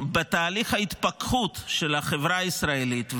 בתהליך ההתפקחות של החברה הישראלית,